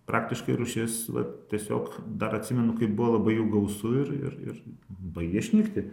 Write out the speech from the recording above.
praktiškai rūšis vat tiesiog dar atsimenu kaip buvo labai jų gausu ir ir ir baigia išnykti